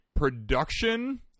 Production